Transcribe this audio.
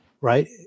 right